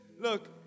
Look